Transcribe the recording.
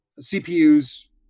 CPU's